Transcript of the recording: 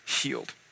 healed